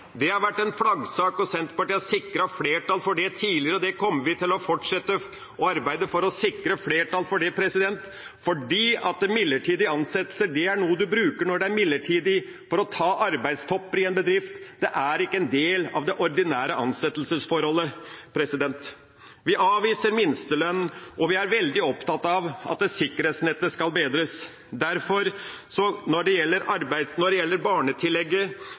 Det har vært en flaggsak, og Senterpartiet har sikret flertall for det tidligere. Det kommer vi til å fortsette å arbeide for å sikre flertall for, fordi midlertidige ansettelser er noe man bruker for å ta arbeidstopper i en bedrift – det er ikke en del av det ordinære ansettelsesforholdet. Vi avviser minstelønn, og vi er veldig opptatt av at sikkerhetsnettet skal bedres. Derfor: Når det gjelder barnetillegget,